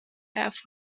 have